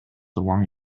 along